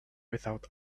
without